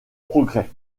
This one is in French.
progrès